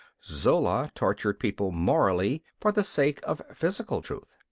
zola tortured people morally for the sake of physical truth.